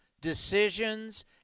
decisions